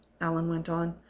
allan went on.